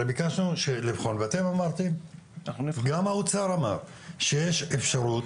הרי ביקשנו לבחון ואתם אמרתם וגם האוצר אמר שיש אפשרות